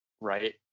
right